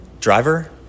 driver